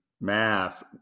math